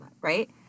right